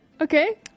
Okay